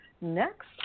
next